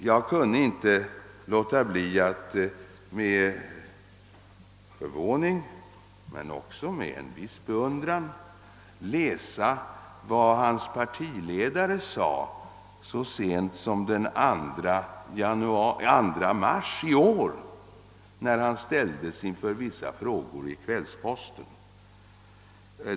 Jag kunde inte låta bli att med förvåning — men också med en viss beundran läsa vad herr Ahlmarks partiledare sade så sent som den 2 mars i år, när han ställdes inför vissa frågor av Kvällsposten.